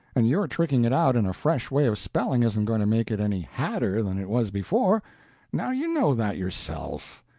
and your tricking it out in a fresh way of spelling isn't going to make it any hadder than it was before now you know that yourself.